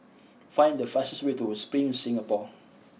find the fastest way to Spring Singapore